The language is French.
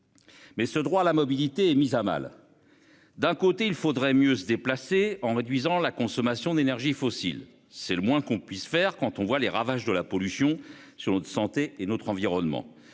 Mais ce droit à la mobilité est mise à mal. D'un côté, il faudrait mieux se déplacer en réduisant la consommation d'énergies fossiles. C'est le moins qu'on puisse faire quand on voit les ravages de la pollution sur notre santé et notre environnement.